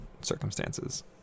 circumstances